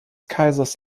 kaisers